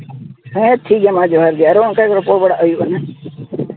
ᱦᱮᱸ ᱴᱷᱤᱠ ᱜᱮᱭᱟ ᱢᱟ ᱡᱚᱦᱟᱨ ᱜᱮ ᱟᱨᱚ ᱚᱱᱠᱟᱜᱮ ᱨᱚᱯᱚᱲ ᱵᱟᱲᱟ ᱦᱩᱭᱩᱜᱼᱟ ᱦᱟᱸᱜ